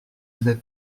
avait